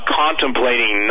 contemplating